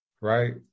right